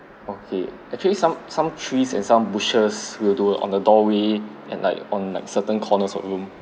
okay actually some some trees and some bushes will do on the doorway and like on like certain corners of the room